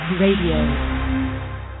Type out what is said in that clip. Radio